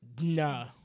No